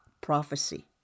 prophecy